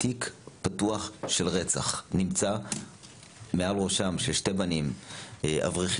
תיק פתוח של רצח נמצא מעל ראשם של שני בנים אברכים.